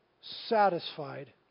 satisfied